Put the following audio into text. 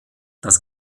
das